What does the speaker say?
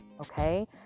Okay